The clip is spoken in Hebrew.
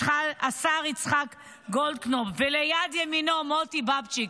השר יצחק גולדקנופ, וליד ימינו מוטי בבצ'יק.